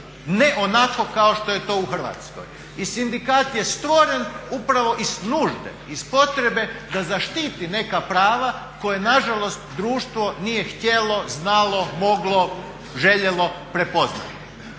Ne onako kao što je to u Hrvatskoj. I sindikat je stvoren upravo iz nužde, iz potrebe da zaštiti neka prava koja nažalost društvo nije htjelo, znalo, moglo, željelo prepoznati.